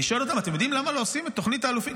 אני שואל אותם: אתם יודעים את תוכנית האלופים?